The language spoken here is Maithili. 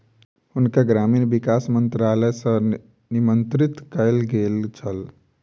हुनका ग्रामीण विकास मंत्रालय सॅ निमंत्रित कयल गेल छल